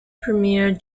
premier